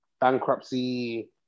bankruptcy